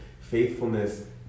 Faithfulness